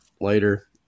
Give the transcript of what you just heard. later